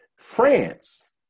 france